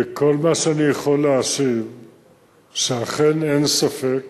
כל מה שאני יכול להשיב הוא שאכן, אין ספק